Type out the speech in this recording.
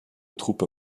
troupes